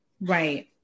right